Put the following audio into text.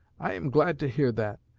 i am glad to hear that.